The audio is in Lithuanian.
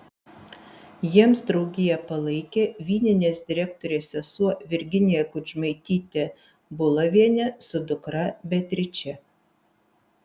jiems draugiją palaikė vyninės direktorės sesuo virginija kudžmaitytė bulovienė su dukra beatriče